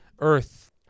earth